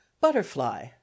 butterfly